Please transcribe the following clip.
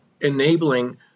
enabling